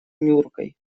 нюркой